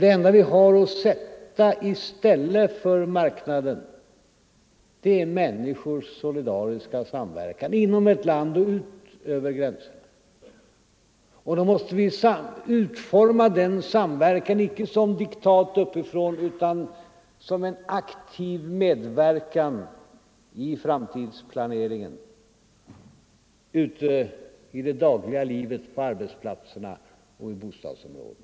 Det enda vi har att sätta i stället för marknaden är människors solidariska samverkan inom ett land och ut över gränserna. Då måste vi utforma denna samverkan icke som ett diktat uppifrån utan som en aktiv medverkan i framtidsplaneringen ute i det dagliga livet på arbetsplatserna och i bostadsområdena.